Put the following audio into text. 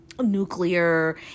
nuclear